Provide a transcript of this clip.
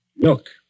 Look